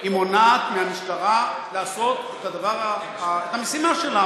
היא מונעת מהמשטרה לעשות את המשימה שלה.